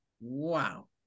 Wow